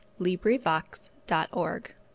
LibriVox.org